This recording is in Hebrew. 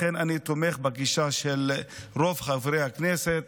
לכן אני תומך בגישה של רוב חברי הכנסת,